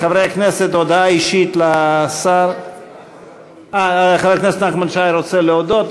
חברי הכנסת, חבר הכנסת נחמן שי רוצה להודות.